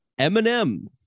Eminem